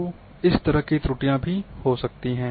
तो इस तरह की त्रुटियां भी हो सकती हैं